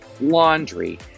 laundry